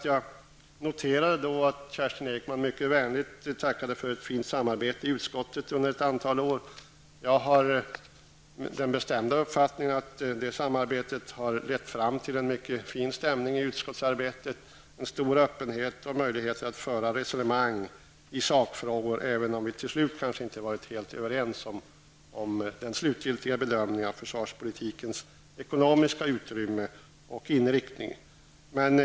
Jag noterade att Kerstin Ekman mycket vänligt tackade för ett fint samarbete i utskottet under ett antal år. Jag har den bestämda uppfattningen att det samarbetet har lett fram till en mycket fin stämning i utskottsarbetet, en stor öppenhet och möjlighet att föra resonemang i sakfrågor, även om vi till slut kanske inte har varit helt överens om den slutgiltiga bedömningen av försvarspolitikens ekonomiska utrymme och inriktning.